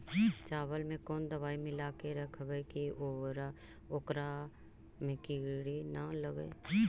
चावल में कोन दबाइ मिला के रखबै कि ओकरा में किड़ी ल लगे?